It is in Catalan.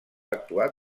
actuar